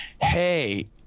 hey